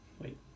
wait